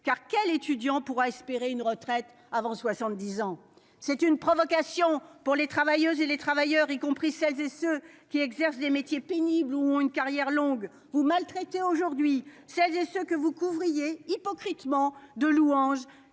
car quel étudiant pourra espérer une retraite avant 70 ans c'est une provocation pour les travailleuses et les travailleurs y compris celles et ceux qui exercent des métiers pénibles ont une carrière longue ou. Aujourd'hui, celles, ceux que vous qu'ouvriers hypocritement de louanges